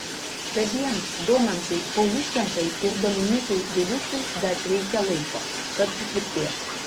gabiems domantui pauliuščenkai ir dominykui viliušiui dar reikia laiko kad sutvirtėtų